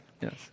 Yes